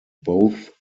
both